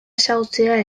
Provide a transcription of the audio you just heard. ezagutzea